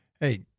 Hey